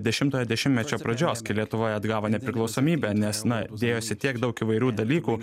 dešimtojo dešimtmečio pradžios kai lietuva atgavo nepriklausomybę nes na dėjosi tiek daug įvairių dalykų